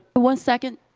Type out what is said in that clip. one second.